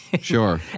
Sure